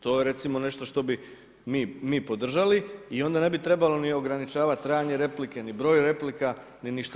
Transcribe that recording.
To je recimo nešto šti bi mi podržali i onda ne bi trebalo ni ograničavati trajanje replike, ni broj replika, ni ništa.